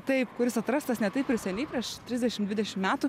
taip kuris atrastas ne taip ir seniai prieš trsidešim dvidešim metų